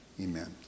Amen